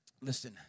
Listen